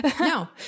no